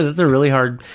a really hard,